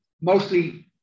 mostly